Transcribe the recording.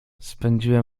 spędziłem